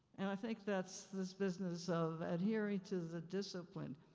and i think that's this business of adhering to the discipline.